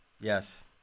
Yes